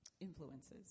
influences